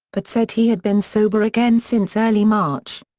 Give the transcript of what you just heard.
but said he had been sober again since early march.